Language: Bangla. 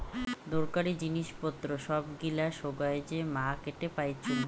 দরকারী জিনিস পত্র সব গিলা সোগায় যে মার্কেটে পাইচুঙ